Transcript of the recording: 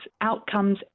outcomes